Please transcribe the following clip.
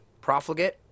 Profligate